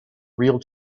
real